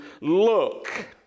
look